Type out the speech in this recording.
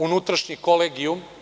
Unutrašnji kolegijum?